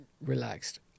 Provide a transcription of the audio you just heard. relaxed